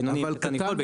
בינוני עם קטן יכול,